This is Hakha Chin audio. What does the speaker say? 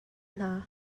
hna